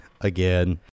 Again